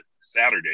Saturday